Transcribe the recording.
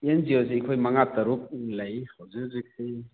and G O ꯑꯩꯈꯣꯏ ꯃꯉꯥ truck ꯂꯩ ꯍꯧꯖꯤꯛ ꯍꯧꯖꯤꯛꯀꯤ